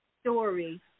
story